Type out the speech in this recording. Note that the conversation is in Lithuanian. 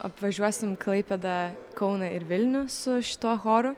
apvažiuosim klaipėdą kauną ir vilnių su šituo choru